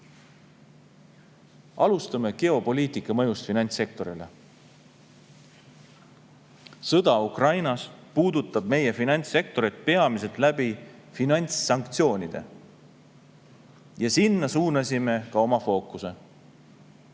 Alustame geopoliitika mõjust finantssektorile. Sõda Ukrainas puudutab meie finantssektorit peamiselt läbi finantssanktsioonide ja sinna suunasime ka oma fookuse.